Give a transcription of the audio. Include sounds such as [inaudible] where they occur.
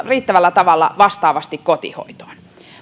[unintelligible] riittävällä tavalla vastaavasti kotihoitoon